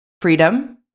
freedom